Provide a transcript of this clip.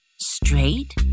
Straight